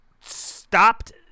stopped